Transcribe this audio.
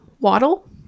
Waddle